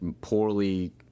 poorly